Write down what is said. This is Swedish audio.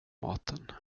maten